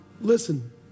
listen